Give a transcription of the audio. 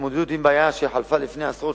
ההתמודדות עם בעיה שחלקה מלפני עשרות